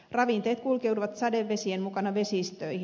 ravinteet kulkeutuvat sadevesien mukana vesistöihin